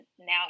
now